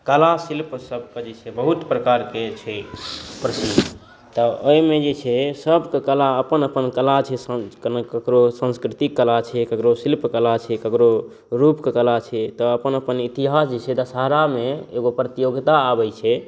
कला शिल्पके सबके जे छै बहुत प्रकारके छै प्रसिद्ध तऽ एहिमे जे छै सबके कला अपन अपन कला छै ककरो संस्कृतिक कला छै ककरो शिल्प कला छै ककरो रूपके कला छै तऽ अपन अपन इतिहास जे छै दशहरामे एगो प्रतियोगिता आबै छै